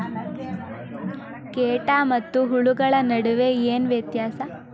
ಕೇಟ ಮತ್ತು ಹುಳುಗಳ ನಡುವೆ ಏನ್ ವ್ಯತ್ಯಾಸ?